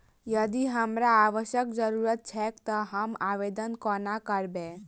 यदि हमरा आवासक जरुरत छैक तऽ हम आवेदन कोना करबै?